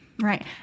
Right